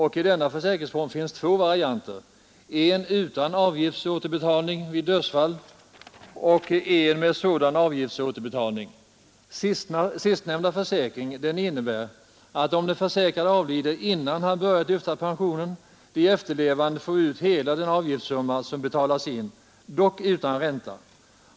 Av den senare försäkringsformen finns två varianter — en utan avgiftsåterbetalning vid dödsfall och en med sådan avgiftsåterbetalning. Den sistnämnda försäkringsformen innebär att om den försäkrade avlider innan han börjat lyfta pensionen får de efterlevande ut hela den avgiftssumma som betalats in, dock utan ränta.